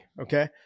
okay